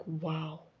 wow